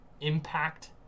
impact